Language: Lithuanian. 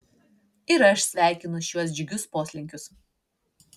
ir aš sveikinu šiuos džiugius poslinkius